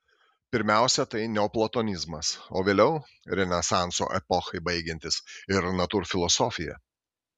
pirmiausia tai neoplatonizmas o vėliau renesanso epochai baigiantis ir natūrfilosofija